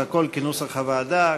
אז הכול כנוסח הוועדה,